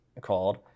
called